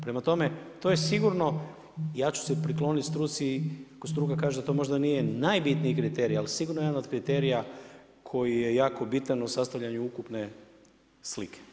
Prema tome, to je sigurno, ja ću se prikloniti struci ako struka kaže da to možda nije najbitniji kriterij, ali sigurno jedan od kriterija koji je jako bitan u sastavljanju ukupne slike.